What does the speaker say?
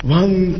one